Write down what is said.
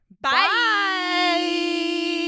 Bye